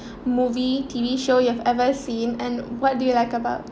movie T_V show you have ever seen and what do you like about